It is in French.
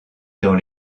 dans